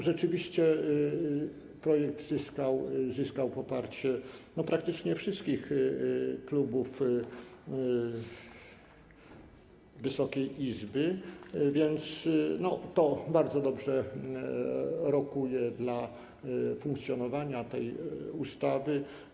Rzeczywiście projekt zyskał poparcie praktycznie wszystkich klubów Wysokiej Izby, więc to bardzo dobrze rokuje dla funkcjonowania tej ustawy.